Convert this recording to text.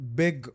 big